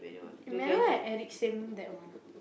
Emmanuel and Eric same that one ah